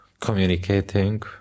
communicating